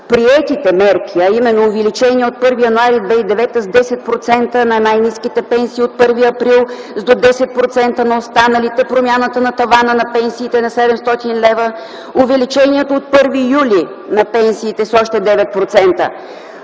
тези мерки, а именно увеличение от 1 януари 2009 г. с 10% на най-ниските пенсии, от 1 април с до 10% на останалите, промяната на тавана на пенсиите на 700 лв., увеличението от 1 юли на пенсиите с още 9%,